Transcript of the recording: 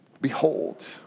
behold